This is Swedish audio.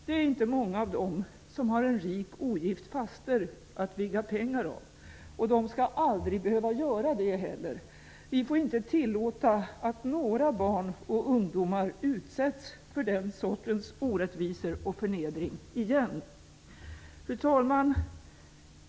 Det är inte många av dem som har en rik ogift faster att vigga pengar av, och de skall aldrig heller behöva göra det. Vi får inte tillåta att några barn och ungdomar utsätts för den sortens orättvisor och förnedring igen. Fru talman!